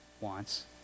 wants